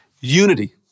Unity